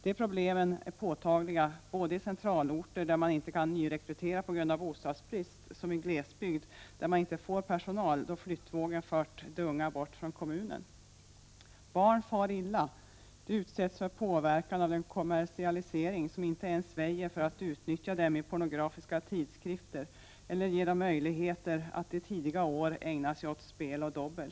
De problemen är påtagliga såväl i centralorter, där man inte kan nyrekrytera på grund av bostadsbrist, som i glesbygd, där man inte får personal då flyttvågen fört de unga bort från kommunen. Barn far illa. De utsätts för påverkan av den kommersialisering som inte ens väjer för att utnyttja dem i pornografiska tidskrifter eller som ger dem möjligheter att i tidiga år ägna sig åt spel och dobbel.